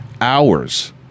hours